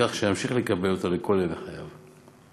כך שימשיך לקבלה לכל ימי חייו.